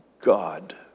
God